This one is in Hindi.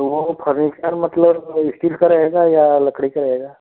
वो फर्नीचर मतलब स्टील का रहेगा या लकड़ी का रहेगा